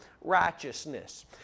righteousness